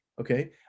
Okay